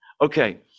Okay